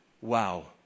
wow